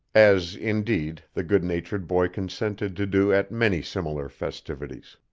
as, indeed, the good-natured boy consented to do at many similar festivities.